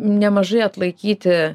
nemažai atlaikyti